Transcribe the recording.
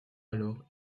alors